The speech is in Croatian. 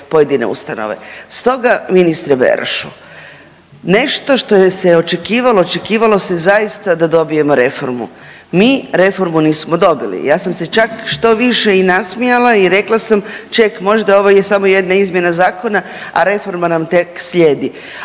pojedine ustanove. Stoga ministre Berošu, nešto što je se očekivalo očekivalo se zaista da dobijemo reformu, mi reformu nismo dobili. Ja sam se čak štoviše i nasmijala i rekla sam ček možda ovo je samo jedna izmjena zakona, a reforma nam tek slijedi,